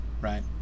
right